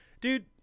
Dude